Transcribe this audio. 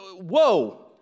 whoa